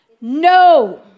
No